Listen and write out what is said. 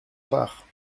part